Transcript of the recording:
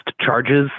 charges